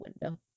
window